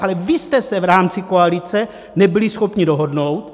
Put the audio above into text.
Ale vy jste se v rámci koalice nebyli schopni dohodnout!